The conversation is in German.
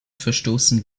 verstoßen